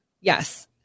Yes